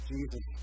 Jesus